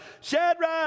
Shadrach